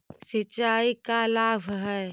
सिंचाई का लाभ है?